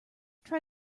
try